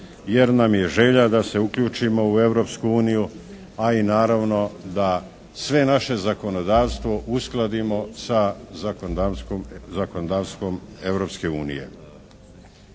jer nam je želja da se uključimo u Europsku uniju, a i naravno da sve naše zakonodavstvo uskladimo sa zakonodavstvom Europske unije.